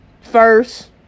first